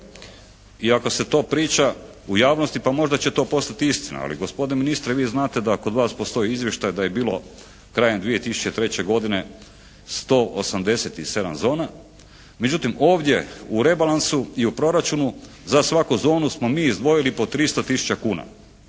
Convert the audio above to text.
Iako se to priča u javnosti pa možda će to postati istina. Ali gospodine ministre, vi znate da kod vas postoji izvještaj da je bilo krajem 2003. godine 187 zona. Međutim, ovdje u rebalansu i u proračunu za svaku zonu smo mi izdvojili po 300 tisuća kuna.